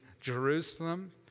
Jerusalem